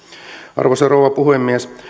arvoisa rouva puhemies